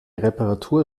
reparatur